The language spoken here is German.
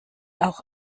auch